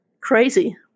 crazy